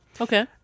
Okay